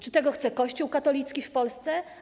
Czy tego chce Kościół katolicki w Polsce?